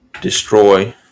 destroy